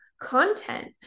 content